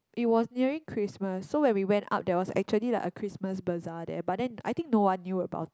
it was nearing Christmas so when we went up there was actually like a Christmas bazaar there but then I think no one knew about it